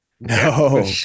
no